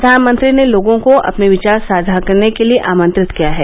प्रधानमंत्री ने लोगों को अपने विचार साझा करने के लिए आमंत्रित किया है